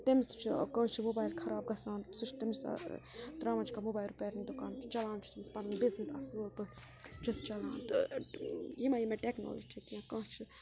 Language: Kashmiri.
تٔمِس تہِ چھُ کٲنٛسہِ چھُ موبایِل خراب گژھان سُہ چھُ تٔمِس تراوان چھِ کانٛہہ موبایِل رِپٮ۪رنٛگ دُکان چھُ چَلان چھُ تٔمِس پَنُن بِزنِس اَصٕل پٲٹھۍ چھُس چَلان تہٕ یِمے یِمے ٹٮ۪کنالجی چھِ کیٚنٛہہ کانٛہہ چھُ